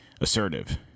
assertive